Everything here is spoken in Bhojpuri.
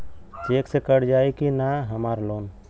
चेक से कट जाई की ना हमार लोन?